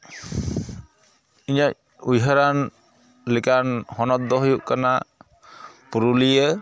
ᱤᱧᱟᱹᱜ ᱩᱭᱦᱟᱹᱨᱟᱱ ᱞᱮᱠᱟᱱ ᱦᱚᱱᱚᱛ ᱫᱚ ᱦᱩᱭᱩᱜ ᱠᱟᱱᱟ ᱯᱩᱨᱩᱞᱤᱭᱟᱹ